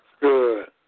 Good